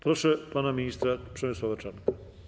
Proszę pana ministra Przemysława Czarnka.